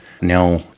now